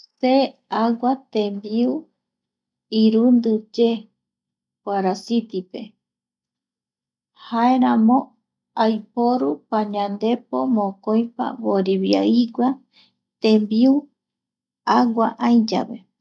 Se agua tembiu irundi ye kuarasitipe jaeramo, aiporu pañandepo mokoipa voriviaigua tembiu agua aï yave